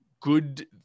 good